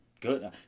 good